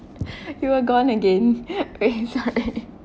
you were gone again